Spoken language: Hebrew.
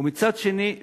ומצד שני,